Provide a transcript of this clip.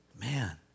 man